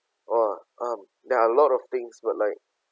!wah! um there are a lot of things but like